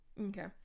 Okay